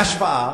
להשוואה,